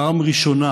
פעם ראשונה